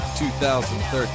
2013